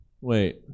Wait